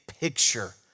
picture